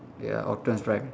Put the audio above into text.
ya optimus prime